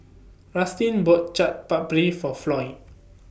Rustin bought Chaat Papri For Floy